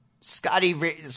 Scotty